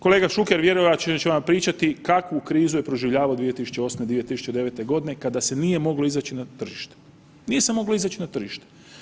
Kolega Šuker vjerojatno će vam pričati kakvu krizu je proživljavao 2008.-2009.g. kada se nije moglo izaći na tržište, nije se moglo izaći na tržište.